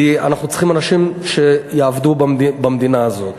כי אנחנו צריכים אנשים שיעבדו במדינה הזאת.